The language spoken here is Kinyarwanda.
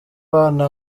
bana